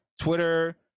Twitter